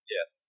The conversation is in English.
Yes